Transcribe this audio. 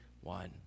one